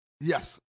Yes